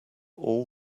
all